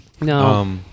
No